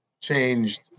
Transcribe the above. changed